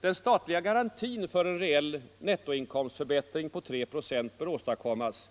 Den statliga garantin för en reell nettoinkomstförbättring på 3 procent bör åstadkommas